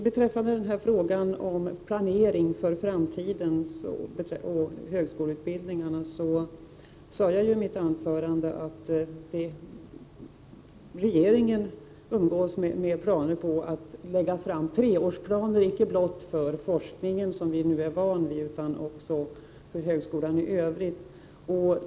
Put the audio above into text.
Beträffande frågan om planering för framtiden och högskoleutbildningarna sade jag i mitt anförande, Larz Johansson, att regeringen umgås med planer på att lägga fram treårsplaner, inte bara för forskningen, som vi nu är vana vid, utan också för högskolan i övrigt.